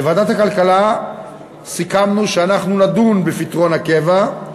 בוועדת הכלכלה סיכמנו שאנחנו נדון בפתרון הקבע,